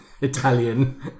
Italian